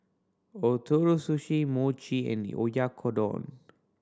Ootoro Sushi Mochi and Oyakodon